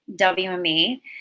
WME